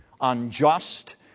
unjust